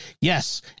yes